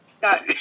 got